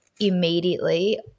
immediately